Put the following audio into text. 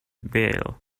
bail